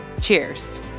Cheers